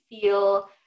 feel